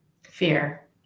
Fear